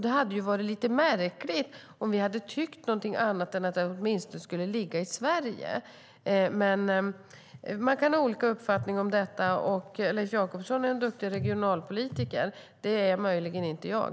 Det hade varit lite märkligt om vi hade tyckt någonting annat än att det åtminstone skulle ligga i Sverige. Men man kan ha olika uppfattning om detta. Leif Jakobsson är en duktig regionalpolitiker. Det är möjligen inte jag.